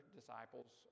disciples